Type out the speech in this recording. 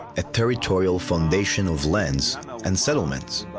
a territorial foundation of lands and settlements,